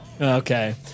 Okay